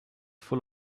full